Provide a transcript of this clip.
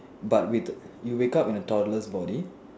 but with you wake up in a toddler's body